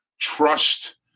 trust